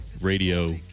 radio